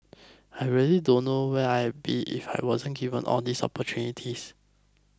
I really don't know where I'd be if I weren't given all these opportunities